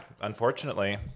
unfortunately